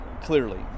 clearly